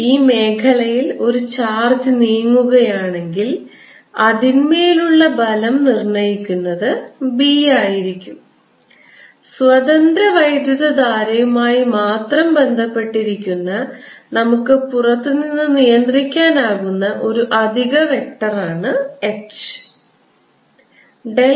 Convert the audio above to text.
ഈ മേഖലയിൽ ഒരു ചാർജ് നീങ്ങുകയാണെങ്കിൽ അതിന്മേലുള്ള ബലം നിർണ്ണയിക്കുന്നത് B ആയിരിക്കും സ്വതന്ത്ര വൈദ്യുതധാരയുമായി മാത്രം ബന്ധപ്പെട്ടിരിക്കുന്ന നമുക്ക് പുറത്ത് നിന്ന് നിയന്ത്രിക്കാനാകുന്ന ഒരു അധിക വെക്റ്ററാണ് H